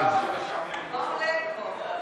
מה הולך פה?